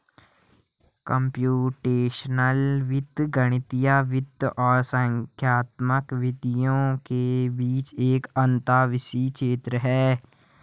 computational वित्त गणितीय वित्त और संख्यात्मक विधियों के बीच एक अंतःविषय क्षेत्र है